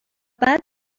بعد